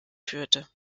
führte